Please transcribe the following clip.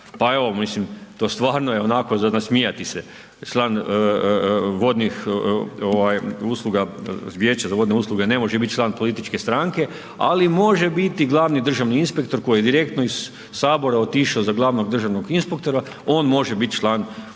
Pa evo, mislim to stvarno je onako za nasmijati se, vodnih usluga, Vijeće za vodne usluge ne može biti član političke stranke ali može biti glavni državni inspektor koji je direktno iz Sabora otišao za glavnog državnog inspektora on može biti član političke stranke.